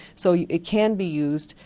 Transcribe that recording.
so yeah it can be used,